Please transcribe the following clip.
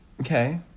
Okay